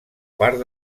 part